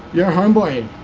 yo homeboy?